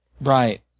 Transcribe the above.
Right